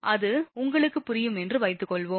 அது உங்களுக்கு புரியும் என்று வைத்துக்கொள்வோம்